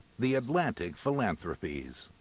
the atlantic philanthropies